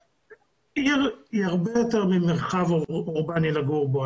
עיר היא הרבה יותר ממרחב אורבני לגור בו.